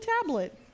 tablet